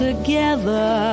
Together